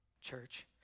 church